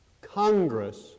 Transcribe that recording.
Congress